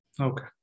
Okay